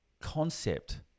concept